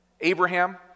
Abraham